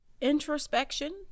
Introspection